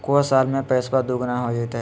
को साल में पैसबा दुगना हो जयते?